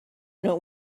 know